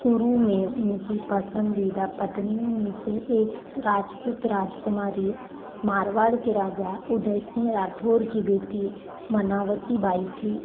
शुरू में उनकी पसंदीदा पत्नियों में से एक राजपूत राजकुमारी मारवाड़ के राजा उदय सिंह राठौर की बेटी मनावती बाई थी